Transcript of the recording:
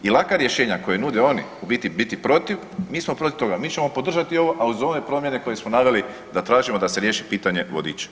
I laka rješenja koje nude oni, u biti biti protiv, mi smo protiv toga, mi ćemo podržati ovo ali uz one promjene koje smo naveli da tražimo da se riješi pitanje vodiča.